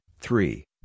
three